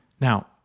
Now